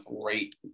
great